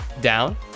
down